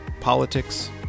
politics